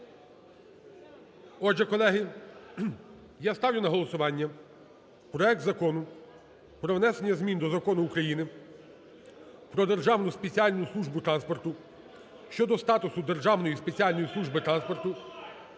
Отже, колеги, я ставлю на голосування проект Закону України про внесення змін до Закону України "Про Державну спеціальну службу транспорту" щодо статусу Державної спеціальної служби транспорту